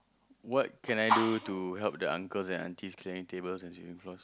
what can I do to help the uncles and aunties clearing tables as you employ